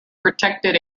protected